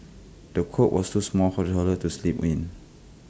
the cot was too small for the toddler to sleep in